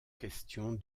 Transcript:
question